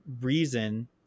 reason